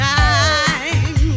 time